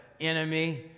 enemy